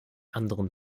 anderen